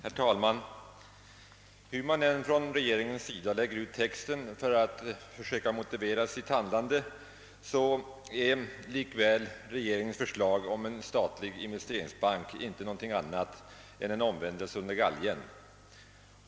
Herr talman! Hur man än från regeringens sida lägger ut texten för att försöka motivera sitt handlande är likväl regeringsförslaget om en statlig investeringsbank ingenting annat än en omvändelse under galgen.